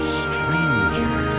stranger